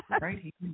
Right